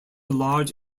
large